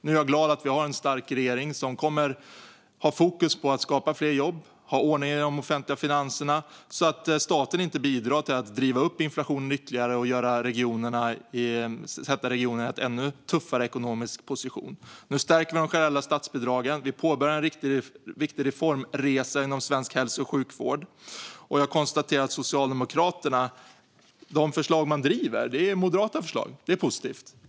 Nu är jag glad att vi har en stark regering som kommer att ha fokus på att skapa fler jobb och ha ordning i de offentliga finanserna så att staten inte bidrar till att driva upp inflationen ytterligare och sätta regionerna i en ännu tuffare ekonomisk position. Nu stärker vi de generella statsbidragen. Vi påbörjar en viktig reformresa inom svensk hälso och sjukvård. Jag konstaterar också att de förslag Socialdemokraterna driver är moderata förslag. Det är positivt.